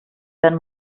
wenn